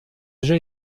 déjà